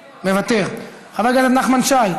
מוותר, חבר הכנסת נחמן שי,